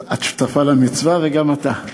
אז את שותפה למצווה, וגם אתה.